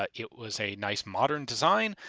ah it was a nice modern design,